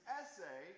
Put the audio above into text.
essay